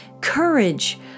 courage